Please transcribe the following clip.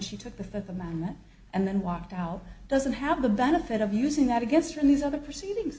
she took the fifth amendment and then walked out doesn't have the benefit of using that against from these other proceedings